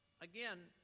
again